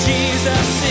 Jesus